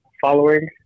following